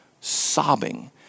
sobbing